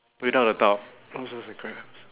without a doubt lobsters and crabs